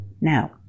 Now